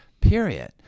period